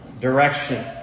direction